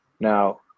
Now